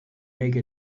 make